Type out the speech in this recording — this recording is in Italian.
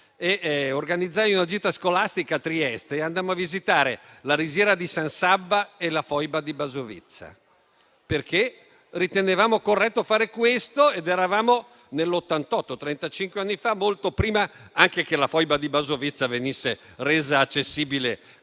e organizzai una gita scolastica a Trieste. Andammo a visitare la Risiera di San Sabba e la Foiba di Basovizza, perché ritenevamo corretto fare questo. Eravamo nel 1988, trentacinque anni fa, molto prima che la Foiba di Basovizza venisse resa accessibile